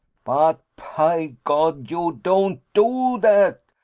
but, py god, you don't do dat!